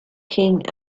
king